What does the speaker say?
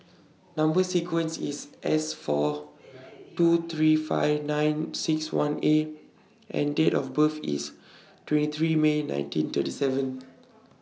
Number sequence IS S four two three five nine six one A and Date of birth IS twenty three May nineteen thirty seven